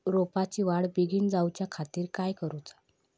रोपाची वाढ बिगीन जाऊच्या खातीर काय करुचा?